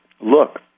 look